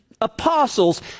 apostles